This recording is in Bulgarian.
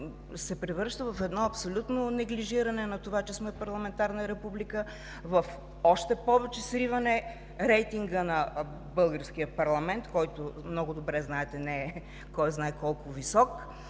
се превръща в едно абсолютно неглижиране на това, че сме парламентарна република, още повече сриване рейтинга на българския парламент, който много добре знаете, че не е кой знае колко висок.